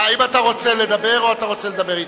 האם אתה רוצה לדבר או רוצה לדבר אתם?